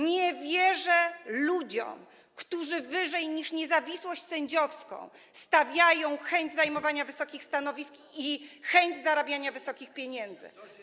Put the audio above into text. Nie wierzę ludziom, którzy wyżej niż niezawisłość sędziowską stawiają chęć zajmowania wysokich stanowisk i chęć zarabiania wysokich pieniędzy.